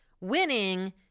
winning